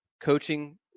coaching